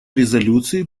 резолюции